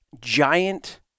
giant